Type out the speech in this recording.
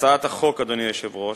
הצעת החוק, אדוני היושב-ראש,